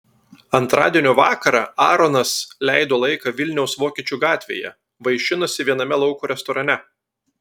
antradienio vakarą aaronas leido laiką vilniaus vokiečių gatvėje vaišinosi viename lauko restorane